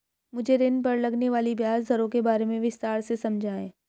मुझे ऋण पर लगने वाली ब्याज दरों के बारे में विस्तार से समझाएं